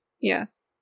Yes